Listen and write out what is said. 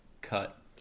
cut